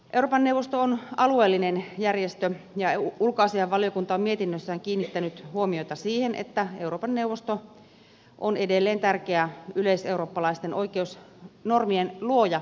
euroopan neuvosto on alueellinen järjestö ja ulkoasiainvaliokunta on mietinnössään kiinnittänyt huomiota siihen että euroopan neuvosto on edelleen tärkeä yleiseurooppalaisten oikeusnormien luoja